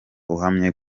uhamye